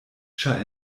ĉar